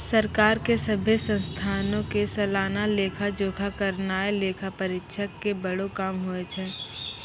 सरकार के सभ्भे संस्थानो के सलाना लेखा जोखा करनाय लेखा परीक्षक के बड़ो काम होय छै